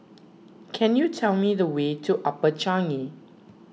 can you tell me the way to Upper Changi